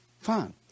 Fine